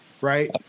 right